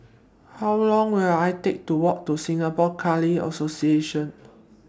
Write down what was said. How Long Will IT Take to Walk to Singapore Khalsa Association